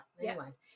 Yes